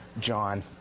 John